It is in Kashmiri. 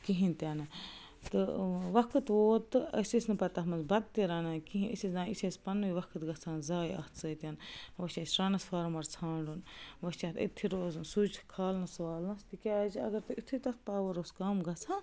کِہیٖنۍ تہِ نہٕ تہٕ وقت ووت تہٕ أسۍ ٲسۍ نہٕ پتہٕ تَتھ منٛز بتہٕ رَنان کِہیٖنی أسۍ ٲسۍ دپان یہِ چھِ أسۍ پنٛنٕے وقت گَژھان زایہِ اَتھ سۭتۍ وۄنۍ چھِ اَسہِ ٹرانٕسفارمر ژھانٛڑُن وۄنۍ چھِ اَتھ أتھٕے روزُن سُچ کھالُن سُچ والنس تِکیٛازِ اگر تۄہہِ یِتھے تَتھ پاور اوس کَم گَژھان